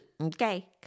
okay